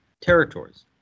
territories